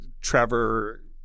Trevor